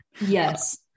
Yes